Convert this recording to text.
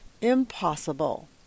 impossible